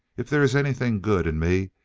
if there is anything good in me,